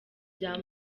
bya